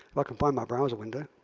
like and find my browser window.